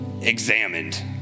examined